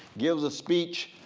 gives a speech,